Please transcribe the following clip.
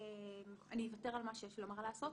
אני אוותר על מה שיש לי לומר על ההסעות,